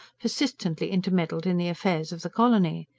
persistently intermeddled in the affairs of the colony.